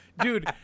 Dude